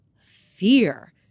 fear